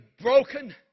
broken